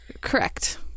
Correct